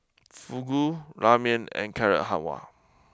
Fugu Ramen and Carrot Halwa